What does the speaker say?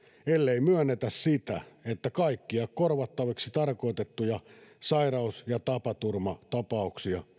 ellei myönnetä sitä että kaikkia korvattavaksi tarkoitettuja sairaus ja tapaturmatapauksia